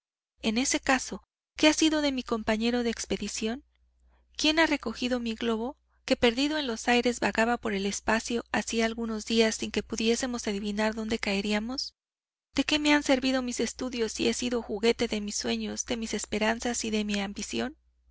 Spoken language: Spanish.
en ese caso qué ha sido de mi compañero de expedición quién ha recogido mi globo que perdido en los aires vagaba por el espacio hacía algunos días sin que pudiésemos adivinar donde caeríamos de qué me han servido mis estudios si he sido juguete de mis sueños de mis esperanzas y de mi ambición